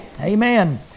Amen